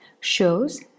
shows